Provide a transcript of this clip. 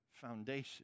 foundation